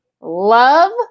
Love